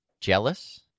jealous